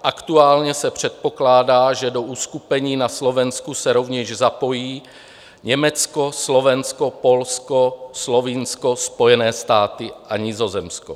Aktuálně se předpokládá, že do uskupení na Slovensku se rovněž zapojí Německo, Slovensko, Polsko, Slovinsko, Spojené státy a Nizozemsko.